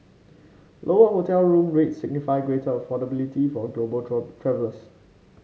lower hotel room rates signify greater affordability for global travellers